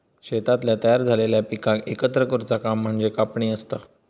शेतातल्या तयार झालेल्या पिकाक एकत्र करुचा काम म्हणजे कापणी असता